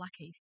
lucky